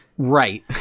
Right